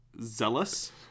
zealous